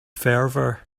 fervor